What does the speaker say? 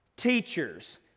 Teachers